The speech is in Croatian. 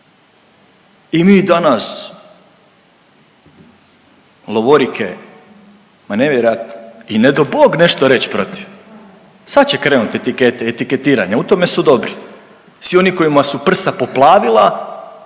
I mi danas lovorike, ma nevjerojatno! I ne dao Bog nešto reći protiv. Sad će krenuti etikete, etiketiranje, u tome su dobri. Svi oni kojima su prsa poplavila